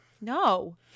No